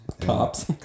Cops